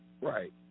Right